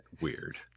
weird